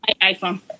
iPhone